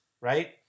right